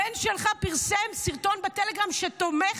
הבן שלך פרסם סרטון בטלגרם שתומך